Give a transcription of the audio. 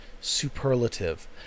superlative